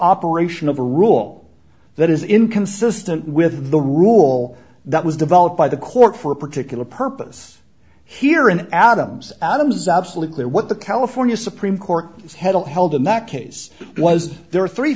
operation of a rule that is inconsistent with the rule that was developed by the court for a particular purpose here in adams adams absolutely or what the california supreme court has held held in that case was there are three